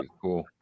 Cool